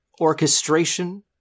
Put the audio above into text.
orchestration